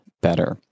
better